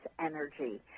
energy